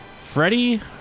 Freddie